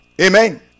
Amen